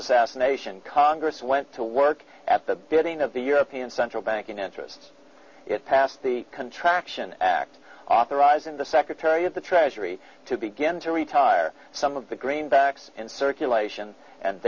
assassination congress went to work at the bidding of the european central banking interests it passed the contraction act authorizing the secretary of the treasury to begin to retire some of the greenbacks in circulation and